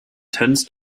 tends